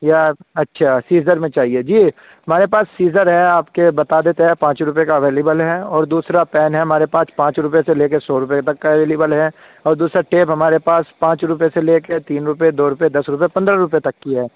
یا اچھا سیزر میں چاہیے جی ہمارے پاس سیزر ہے آپ کے بتا دیتے ہیں پانچ روپے کا اویلیبل ہے اور دوسرا پین ہے ہمارے پاس پانچ روپے سے لے کے سو روپے تک کا اویلیبل ہے اور دوسرا ٹیپ ہمارے پاس پانچ روپے سے لے کے تین روپے دو روپے دس روپے پندرہ روپے تک کی ہے